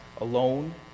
alone